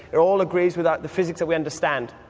it all agrees with the physics that we understand.